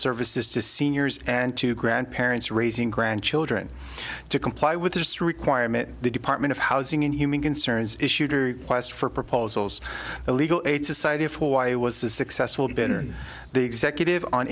services to seniors and to grandparents raising grandchildren to comply with this requirement the department of housing and human concerns issued or quest for proposals the legal aid society of hawaii was a successful dinner in the executive on